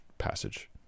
passage